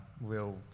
Real